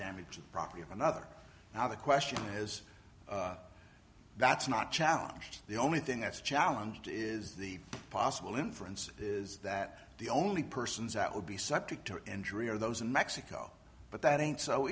damage to property of another now the question is that's not challenged the only thing that's a challenge is the possible inference is that the only persons out would be subject to injury or those in mexico but that ain't so